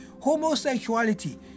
homosexuality